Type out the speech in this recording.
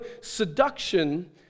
seduction